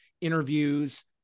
interviews